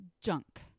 junk